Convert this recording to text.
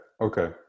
Okay